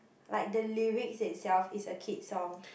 like the lyrics itself is a kid song